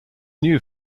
new